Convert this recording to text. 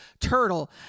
turtle